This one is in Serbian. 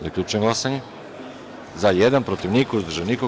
Zaključujem glasanje: za – jedan, protiv – niko, uzdržanih – nema.